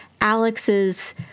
Alex's